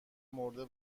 مرده